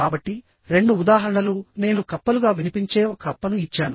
కాబట్టి రెండు ఉదాహరణలు నేను కప్పలుగా వినిపించే ఒక కప్పను ఇచ్చాను